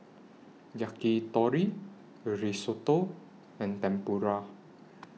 Yakitori Risotto and Tempura